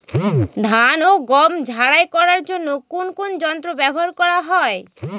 ধান ও গম ঝারাই করার জন্য কোন কোন যন্ত্র ব্যাবহার করা হয়?